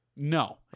No